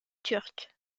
turque